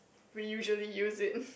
we usually use it